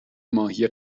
ماهی